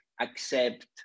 accept